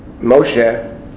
Moshe